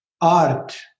art